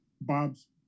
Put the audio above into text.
Bob's